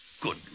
Good